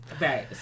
Right